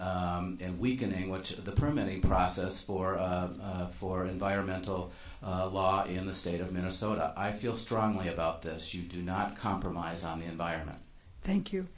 and weakening which of the permitting process for for environmental law in the state of minnesota i feel strongly about this you do not compromise on the environment thank you